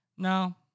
No